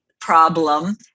problem